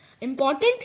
Important